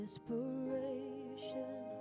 Inspiration